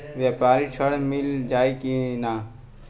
व्यापारी ऋण मिल जाई कि ना?